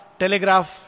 telegraph